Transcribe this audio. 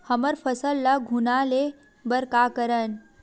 हमर फसल ल घुना ले बर का करन?